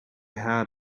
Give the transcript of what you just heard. had